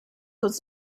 was